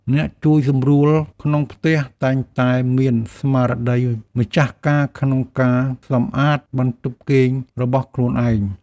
អ្នកជួយសម្រួលក្នុងផ្ទះតែងតែមានស្មារតីម្ចាស់ការក្នុងការសម្អាតបន្ទប់គេងរបស់ខ្លួនឯង។